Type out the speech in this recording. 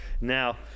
now